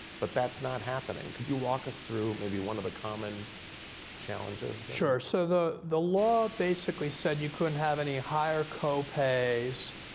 but that's not happening. could you walk us through maybe one of the common challenges? sure. so the the law basically said you couldn't have any higher co-pays,